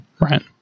Right